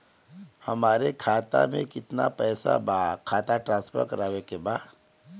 हमारे खाता में कितना पैसा बा खाता ट्रांसफर करावे के बा?